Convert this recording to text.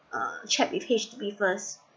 uh check with H_D_B first